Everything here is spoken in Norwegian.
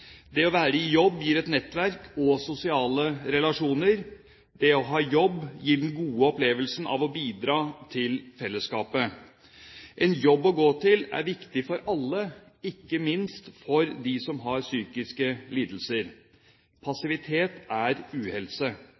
Det å være i jobb gir et nettverk og sosiale relasjoner. Det å ha jobb gir den gode opplevelsen av å bidra til fellesskapet. En jobb å gå til er viktig for alle, ikke minst for dem som har psykiske lidelser. Passivitet er uhelse.